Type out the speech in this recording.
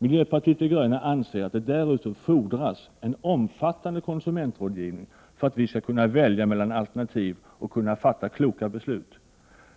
Miljöpartiet de gröna anser att det därutöver fordras en omfattande konsumentrådgivning för att vi skall kunna välja mellan alternativ och fatta kloka beslut.